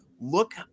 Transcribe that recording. look